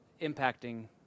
impacting